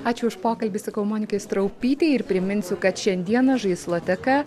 ačiū už pokalbį sakau monikai straupytei ir priminsiu kad šiandieną žaisloteka